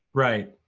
right.